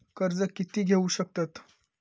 कर्ज कीती घेऊ शकतत?